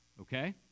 okay